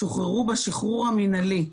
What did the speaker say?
שוחררו בשחרור המינהלי,